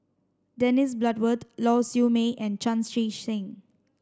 Dennis Bloodworth Lau Siew Mei and Chan Chee Seng